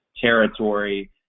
territory